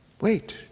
Wait